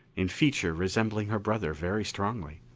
in feature resembling her brother very strongly.